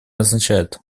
означает